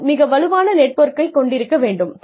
மேலும் மிகவும் வலுவான நெட்வொர்க்கை கொண்டிருக்க வேண்டும்